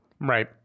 Right